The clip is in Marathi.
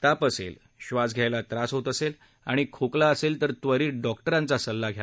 ताप असेल बास घ्यायला त्रास होत असेल आणि खोकला असेल तर त्वरित डॉक्टरांचा सल्ला घ्या